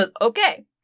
Okay